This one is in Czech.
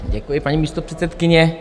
Děkuji, paní místopředsedkyně.